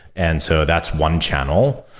and so that's one channel.